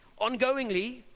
ongoingly